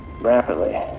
rapidly